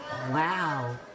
Wow